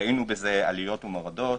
ראינו בזה עליות ומורדות.